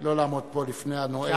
לא לעמוד פה לפני הנואם.